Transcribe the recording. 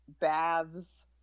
baths